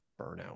burnout